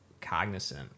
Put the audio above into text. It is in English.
cognizant